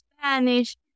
Spanish